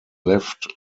left